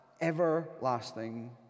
everlasting